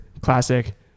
classic